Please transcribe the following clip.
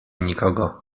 nikogo